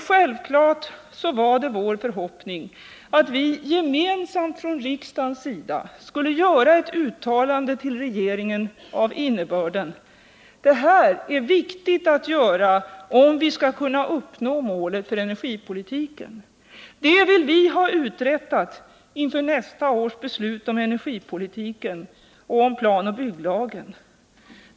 Självklart var vår förhoppning att vi gemensamt från riksdagens sida skulle göra ett uttalande till regeringen av innebörden: det här är viktigt att göra om vi skall kunna uppnå målet för energipolitiken. Det vill vi ha uträttat inför nästa års beslut om energipolitiken och om planoch bygglagen.